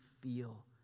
feel